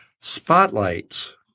spotlights